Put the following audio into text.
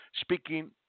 Speaking